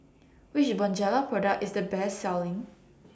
Which Bonjela Product IS The Best Selling